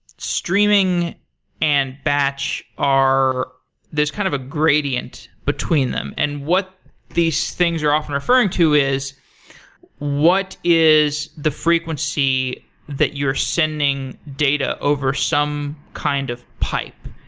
streaming and batch are there's kind of a gradient between them, and what these things are often referring to is what is the frequency that you're sending data over some kind of pipe?